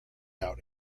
out